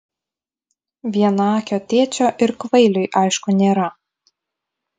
vienaakio tėčio ir kvailiui aišku nėra